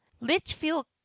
litchfield